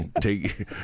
Take